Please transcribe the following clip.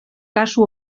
kasu